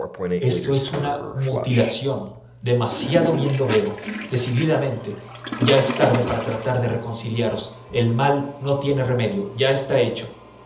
esto es una mutilación demasiado bien lo veo decididamente ya es tarde para tratar de reconciliaros el mal no tiene remedio ya está hecho